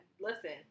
listen